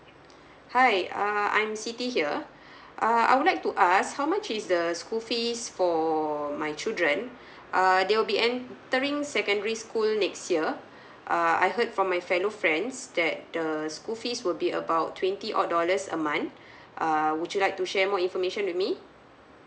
hi err I'm siti here err I would like to ask how much is the school fees for my children uh they will be entering secondary school next year uh I heard from my fellow friends that the school fees will be about twenty odd dollars a month err would you like to share more information with me